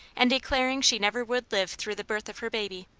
and declaring she never would live through the birth of her baby.